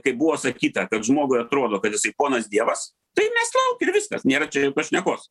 kai buvo sakyta kad žmogui atrodo kad jisai ponas dievas tai ir mest lauk ir viskas nėra čia jokios šnekos